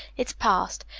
it's past.